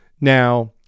Now